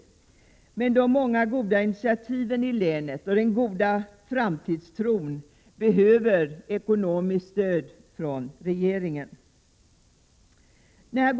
Men när det gäller de många goda initiativen i länet och den starka framtidstron där behövs det ekonomiskt stöd från regeringens sida.